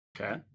Okay